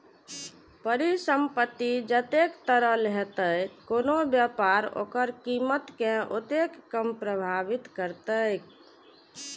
परिसंपत्ति जतेक तरल हेतै, कोनो व्यापार ओकर कीमत कें ओतेक कम प्रभावित करतै